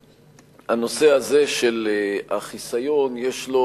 הנושא הזה של החיסיון, יש לו